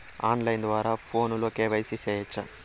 on line ద్వారా ఫోనులో KYC సేయొచ్చా